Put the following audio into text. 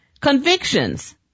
convictions